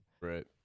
Right